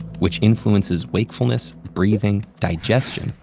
which influences wakefulness, breathing, digestion,